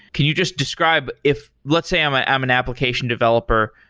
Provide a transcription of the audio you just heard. can you just describe if let's say i'm ah i'm an application developer,